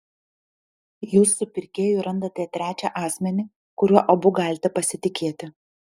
jūs su pirkėju randate trečią asmenį kuriuo abu galite pasitikėti